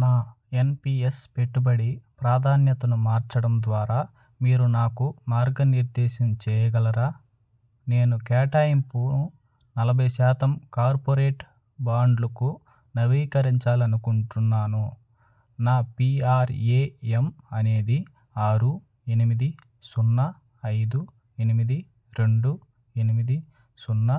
నా ఎన్పిఎస్ పెట్టుబడి ప్రాధాన్యతను మార్చడం ద్వారా మీరు నాకు మార్గనిర్దేశం చేయగలరా నేను కేటాయింపును నలభై శాతం కార్పొరేట్ బాండ్లుకు నవీకరించాలనుకుంటున్నాను నా పీఆర్ఏఎం అనేది ఆరు ఎనిమిది సున్నా ఐదు ఎనిమిది రెండు ఎనిమిది సున్నా